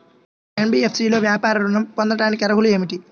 NBFC లో వ్యాపార ఋణం పొందటానికి అర్హతలు ఏమిటీ?